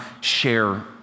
share